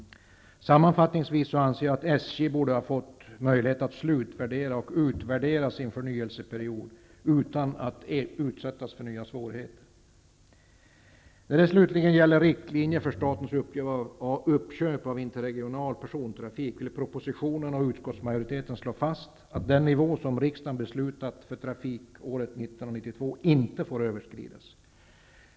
Sammanfattningsvis anser jag att SJ borde ha fått möjlighet att slutföra och utvärdera sin förnyelseperiod utan att utsättas för nya svårigheter. När det slutligen gäller riktlinjer för statens uppköp av interregional persontrafik föreslås i propositionen och i utskottsmajoritetens skrivning att den nivå som riksdagen beslutat för trafikåret 1992 inte skall få överskridas.